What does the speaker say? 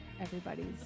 everybody's